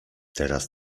teraz